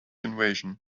invasion